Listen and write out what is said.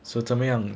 so 怎么样啊